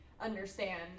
understand